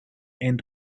and